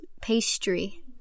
pastry